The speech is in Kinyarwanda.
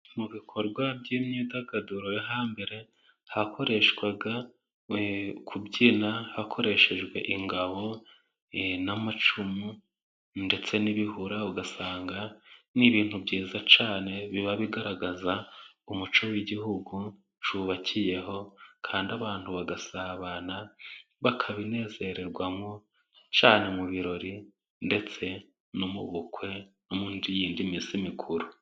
Mu bikorwa by'imyidagaduro yo hambere hakoreshwaga kubyina hakoreshejwe ingabo n'amacumu ndetse n'ibihura ugasanga ni ibintu byiza cyane biba bigaragaza umuco w'igihugu cyubakiyeho kandi abantu bagasabana bakabinezererwamo cyane mu birori ndetse no mu bukwe no mu yindi minsi mikuru.